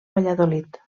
valladolid